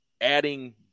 adding